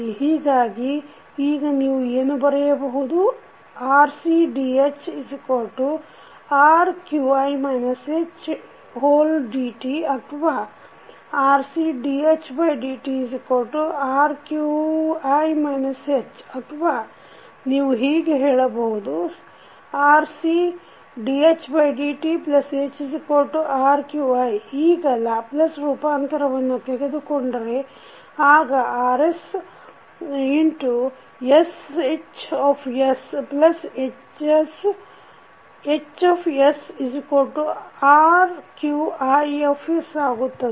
ಹೀಗಾಗಿ ಈಗ ನೀವು ಏನು ಬರೆಯಬಹುದುRCdhRqi hdt ಅಥವಾ RCdhdtRqi h ಅಥವಾ ನೀವು ಹೀಗೆ ಹೇಳಬಹುದು RCdhdthRqiಈಗ ಲ್ಯಾಪ್ಲೇಸ್ ರೂಪಾಂತರವನ್ನು ತೆಗೆದುಕೊಂಡರೆ ಆಗ RCsHHsRQisಆಗುತ್ತದೆ